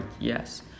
Yes